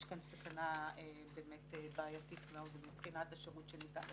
יש כאן סכנה בעייתית מאוד מבחינת השירות שניתן לציבור.